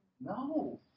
No